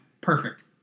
Perfect